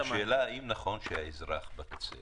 השאלה אם נכון שהאזרח בקצה